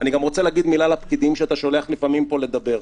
אני רוצה להגיד גם מילה על הפקידים שאתה לפעמים שולח פה לדבר.